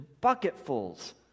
bucketfuls